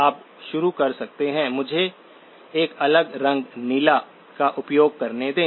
आप शुरू कर सकते हैं मुझे एक अलग रंग नीला का उपयोग करने दें